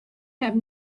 have